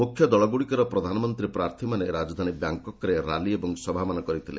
ମୁଖ୍ୟ ଦଳଗୁଡ଼ିକର ପ୍ରଧାନମନ୍ତ୍ରୀ ପ୍ରାର୍ଥୀମାନେ ରାଜଧାନୀ ବ୍ୟାଙ୍କକ୍ରେ ର୍ୟାଲି ଓ ସଭାମାନ କରିଥିଲେ